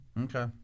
Okay